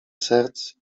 serc